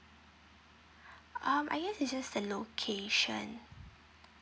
um I guess it's just the location